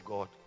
God